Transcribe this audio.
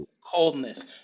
coldness